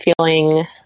feeling